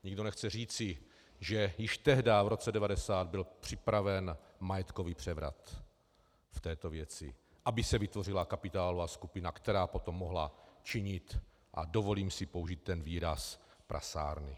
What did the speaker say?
Nikdo nechce říci, že již tehdy v roce 1990 byl připraven majetkový převrat v této věci, aby se vytvořila kapitálová skupina, která potom mohla činit, a dovolím si použít výraz prasárny.